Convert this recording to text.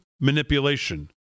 manipulation